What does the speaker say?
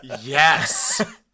Yes